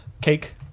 cake